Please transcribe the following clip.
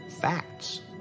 facts